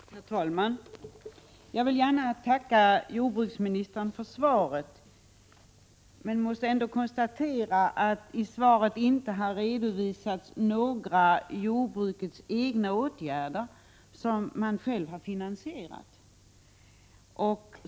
Herr talman! Jag vill gärna tacka jordbruksministern för svaret. I svaret har dock inte redovisats några av de egna åtgärder som man själv har finansierat från jordbrukets sida.